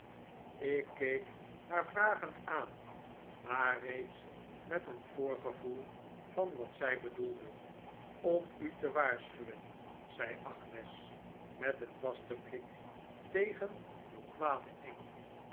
ik keek haar vragend aan maar reeds met een voorgevoel van wat zij bedoelde om u te waarschuwen zei agnes met een vasten blik tegen uw kwaden engel